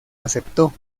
aceptó